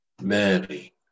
Mary